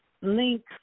link